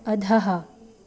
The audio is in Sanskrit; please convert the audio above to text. अधः